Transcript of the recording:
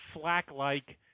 Flack-like